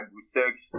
research